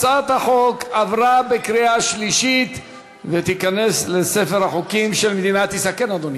הצעת החוק עברה בקריאה שלישית ותיכנס לספר החוקים של מדינת ישראל.